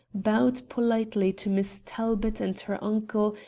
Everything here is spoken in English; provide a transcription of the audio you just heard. bowed politely to miss talbot and her uncle,